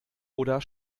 oder